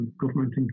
government